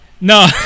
No